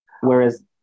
Whereas